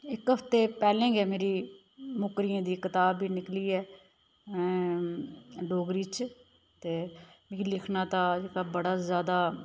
इक हफ्ते पैह्लें गै मेरी मुकरियें दी कताब बी निकली ऐ डोगरी च ते मिकी लिखना तां बड़ा ज्यादा